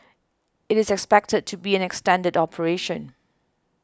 it is expected to be an extended operation